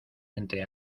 entre